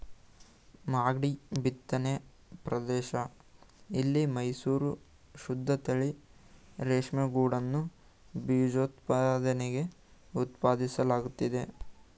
ಮಾಗ್ಡಿ ಬಿತ್ತನೆ ಪ್ರದೇಶ ಇಲ್ಲಿ ಮೈಸೂರು ಶುದ್ದತಳಿ ರೇಷ್ಮೆಗೂಡನ್ನು ಬೀಜೋತ್ಪಾದನೆಗೆ ಉತ್ಪಾದಿಸಲಾಗ್ತಿದೆ